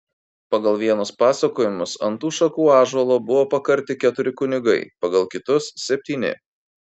pagal vienus pasakojimus ant tų šakų ąžuolo buvo pakarti keturi kunigai pagal kitus septyni